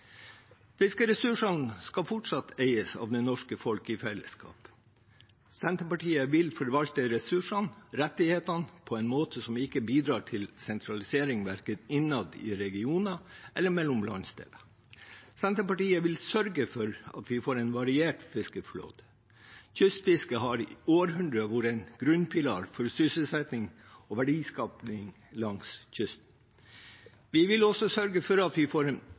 Fiskeressursene skal fortsatt eies av det norske folk i fellesskap. Senterpartiet vil forvalte ressursene og rettighetene på en måte som ikke bidrar til sentralisering, verken innad i regioner eller mellom landsdeler. Senterpartiet vil sørge for at vi får en variert fiskeflåte. Kystfisket har i århundrer vært en grunnpilar for sysselsetting og verdiskaping langs kysten. Vi vil også sørge for at vi får